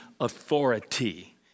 authority